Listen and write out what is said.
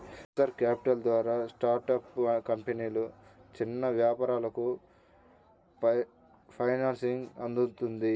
venture capital ద్వారా startup కంపెనీలు, చిన్న వ్యాపారాలకు ఫైనాన్సింగ్ అందుతుంది